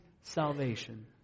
salvation